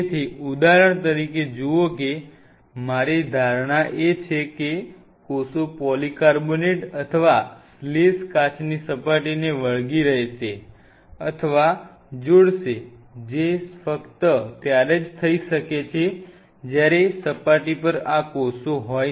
તેથી ઉદાહરણ તરીકે જુઓ કે મારી ધારણા એ છે કે કોષો પોલિકાર્બોનેટ અથવા સ્લેશ કાચની સપાટીને વળગી રહેશે અથવા જોડશે જે ફક્ત ત્યારે જ થઈ શકે છે જ્યારે સપાટી પર આ કોષો હોય